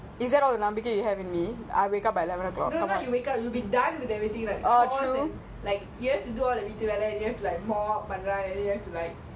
it's that all நம்பிக்கை:nambikai you have in me I wake up by eleven o'clock oh true